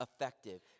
effective